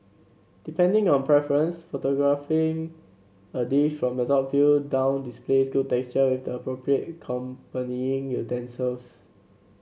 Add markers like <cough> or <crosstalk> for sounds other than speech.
depending on preference photographing a dish from the top view down displays good <unintelligible> with the appropriate accompanying utensils